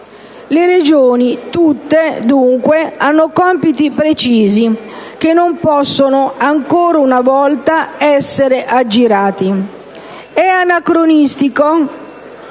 Le Regioni tutte, dunque, hanno compiti precisi che non possono ancora una volta esser aggirati. È anacronistico,